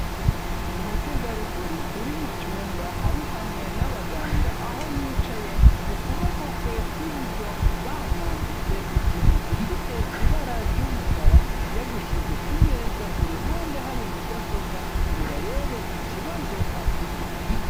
Umutegarugori uri mu cyumba ari hamwe n'abaganga, aho yicaye ku kuboko kwe kw'iburyo bamwambitse ikintu gifite ibara ry'umukara, yagushyize ku meza, iruhande hari mudasobwa ngo barebe ikibazo afite.